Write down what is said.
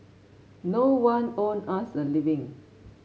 no one owed us a living